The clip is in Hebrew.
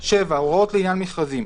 7. "הוראות מכרזים.